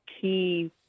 key